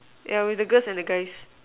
yeah with the girls and the guys